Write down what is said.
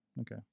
Okay